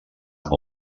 amb